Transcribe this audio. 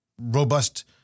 robust